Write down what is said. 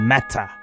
Matter